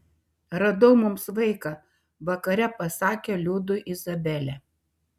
radau mums vaiką vakare pasakė liudui izabelė